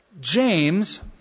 James